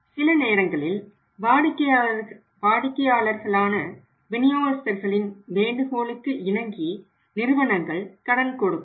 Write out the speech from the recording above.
சில நேரங்களில் வாடிக்கையாளர்களான விநியோகஸ்தர்களின் வேண்டுகோளுக்கிணங்கி நிறுவனங்கள் கடன் கொடுக்கும்